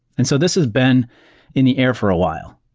and so this has been in the air for a while.